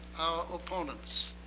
opponents,